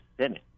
senate